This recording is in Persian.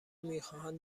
میخواهند